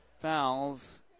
fouls